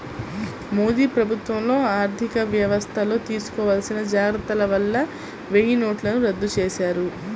మోదీ ప్రభుత్వంలో ఆర్ధికవ్యవస్థల్లో తీసుకోవాల్సిన జాగర్తల వల్ల వెయ్యినోట్లను రద్దు చేశారు